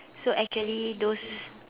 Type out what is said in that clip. so actually those